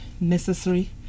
necessary